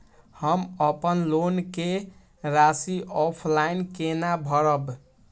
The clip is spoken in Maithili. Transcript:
हम अपन लोन के राशि ऑफलाइन केना भरब?